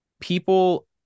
people